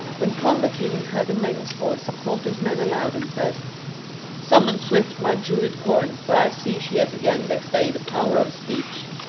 when conn the king heard the maiden's voice he called to his men aloud and said summon swift my druid coran, for i see she has again this day the power of speech.